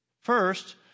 first